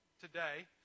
today